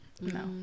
No